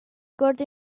cort